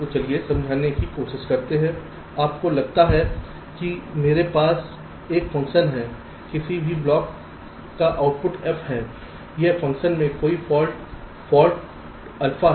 चलिए समझाने की कोशिश करते हैं आपको लगता है कि मेरे पास एक फ़ंक्शन है किसी भी ब्लॉक का आउटपुट F है इस फ़ंक्शन में कोई फाल्ट है फॉल्ट अल्फा है